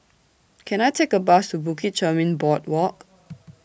Can I Take A Bus to Bukit Chermin Boardwalk